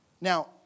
Now